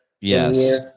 Yes